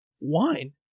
wine